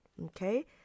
Okay